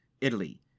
Italy